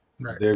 Right